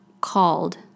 called